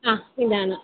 ആ ഇതാണ്